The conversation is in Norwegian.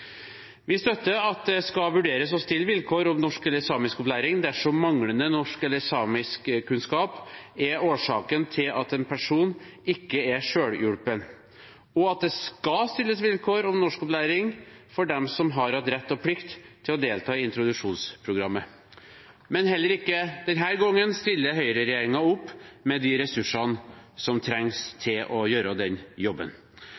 Vi støtter at det skal vurderes å stille vilkår om norskopplæring eller samiskopplæring dersom manglende norskkunnskap eller samiskkunnskap er årsaken til at en person ikke er selvhjulpen, og at det skal stilles vilkår om norskopplæring for dem som har hatt rett og plikt til å delta i introduksjonsprogrammet. Men heller ikke denne gangen stiller høyreregjeringen opp med de ressursene som trengs til å gjøre den jobben.